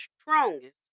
strongest